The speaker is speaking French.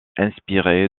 inspiré